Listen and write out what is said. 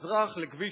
מזרחית לכביש 60,